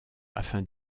afin